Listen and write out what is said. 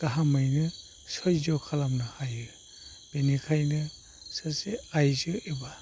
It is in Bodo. गाहामैनो सैज' खालामनो हायो बेनिखायनो सासे आइजो एबा